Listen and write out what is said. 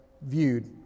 viewed